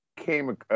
came